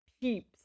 peeps